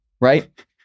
right